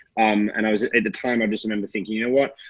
um and i was at the time i just remember thinking, you know what,